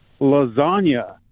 lasagna